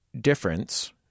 difference